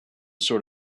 sort